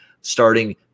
starting